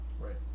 right